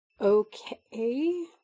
okay